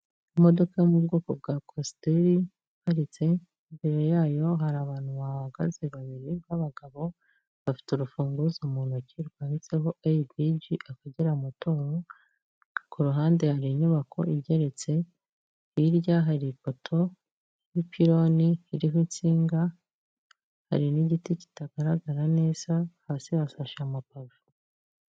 Imodoka yo mu bwoko bwa kwasiteri iparitse, mbere yayo hari abantu bahagaze babiri b'abagabo, bafite urufunguzo mu ntoki rwanditseho ABG Akagera Motor, ku ruhande hari inyubako igeretse, hirya hari ipoto y'ipironi iriho insinga, hari n'igiti kitagaragara neza, hasi hasashe amapave.